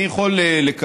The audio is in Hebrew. אני יכול לקבל,